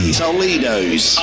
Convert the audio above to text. toledo's